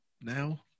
now